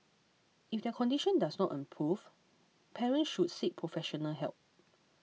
if their condition does not improve parents should seek professional help